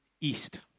east